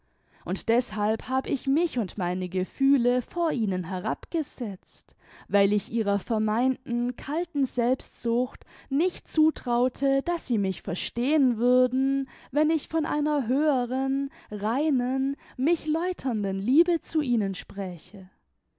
und deßhalb hab ich mich und meine gefühle vor ihnen herabgesetzt weil ich ihrer vermeinten kalten selbstsucht nicht zutraute daß sie mich verstehen würden wenn ich von einer höheren reinen mich läuternden liebe zu ihnen spräche